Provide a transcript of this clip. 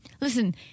Listen